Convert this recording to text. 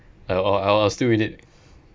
uh I'll I'll I'll still eat it